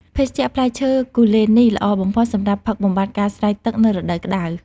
ភេសជ្ជៈផ្លែឈើគូលែននេះ ល្អបំផុតសម្រាប់ផឹកបំបាត់ការស្រេកទឹកនៅរដូវក្ដៅ។